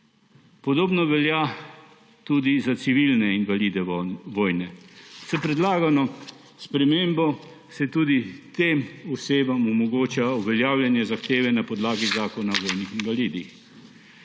Podobno velja tudi za civilne invalide vojne. S predlagano spremembo se tudi tem osebam omogoča uveljavljanje zahteve na podlagi Zakona o vojnih invalidih.